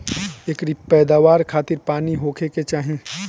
एकरी पैदवार खातिर पानी होखे के चाही